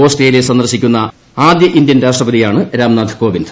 Australia സന്ദർശിക്കുന്ന ആദ്യ Indian രാഷ്ട്രപതിയാണ് രാംനാഥ് കോവിന്ദ്